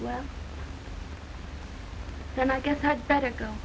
well then i guess had better go